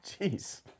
jeez